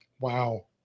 Wow